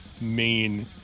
main